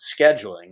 scheduling